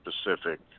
specific